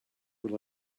were